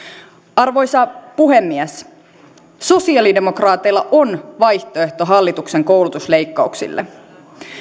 arvoisa puhemies sosiaalidemokraateilla on vaihtoehto hallituksen koulutusleikkauksille